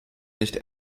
nicht